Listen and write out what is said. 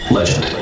Legend